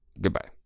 Goodbye